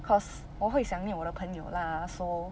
cause 我会想念我的朋友 lah so